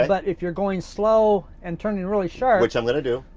but if you're going slow and turning really sharp which i'm gonna do.